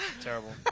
Terrible